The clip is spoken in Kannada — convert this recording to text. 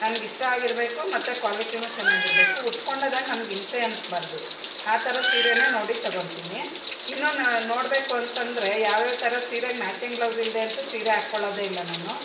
ನನ್ಗಿಷ್ಟ ಆಗಿರಬೇಕು ಮತ್ತೆ ಕ್ವಾಲಿಟಿಯೂ ಚೆನ್ನಾಗಿರಬೇಕು ಉಟ್ಕೊಂಡೋದಾಗ ನಮಗೆ ಹಿಂಸೆ ಅನ್ನಿಸ್ಬಾರ್ದು ಆ ಥರದ ಸೀರೆನೇ ನೋಡಿ ತೊಗೊಳ್ತೀನಿ ಇನ್ನೂ ನಾನು ನ ನೋಡಬೇಕು ಅಂತಂದ್ರೆ ಯಾವ್ಯಾವ ಥರ ಸೀರೆಗೆ ಮ್ಯಾಚಿಂಗ್ ಬ್ಲೌಸಿಲ್ಲದೇ ಅಂತೂ ಸೀರೆ ಹಾಕೊಳ್ಳೋದೆ ಇಲ್ಲ ನಾನು